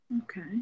Okay